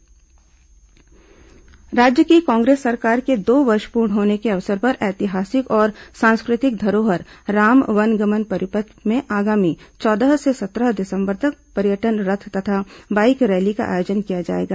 राम वनगमन परिपथ राज्य की कांग्रेस सरकार के दो वर्ष पूर्ण होने के अवसर पर ऐतिहासिक और सांस्कृतिक धरोहर राम वनगमन परिपथ में आगामी चौदह से सत्रह दिसंबर तक पर्यटन रथ तथा बाईक रैली का आयोजन किया जाएगा